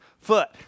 foot